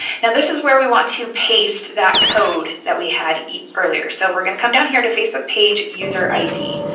now this is where we want to paste that code that we had earlier. so we're going to come down here to facebook page user id,